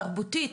תרבותית,